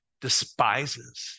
despises